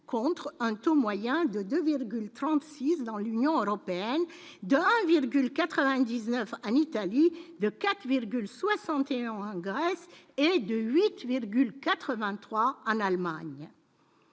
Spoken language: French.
contre un taux moyen de 2,36 dans l'Union européenne un virgule 99 en Italie de 4,71 Grèce et de 8,83 en Allemagne.